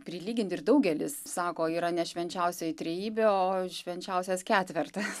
prilygint ir daugelis sako yra ne švenčiausioji trejybė o švenčiausias ketvertas